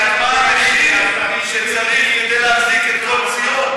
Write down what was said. רק מה המחיר שצריך כדי להחזיק את כל ציון?